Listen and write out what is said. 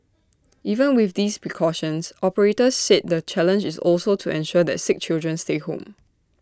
even with these precautions operators said the challenge is also to ensure that sick children stay home